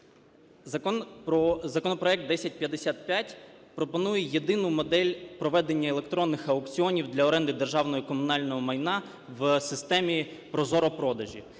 Законопроект 1055 пропонує єдину модель проведення електронних аукціонів для оренди державного і комунального майна в системі ProZorro.Продажі.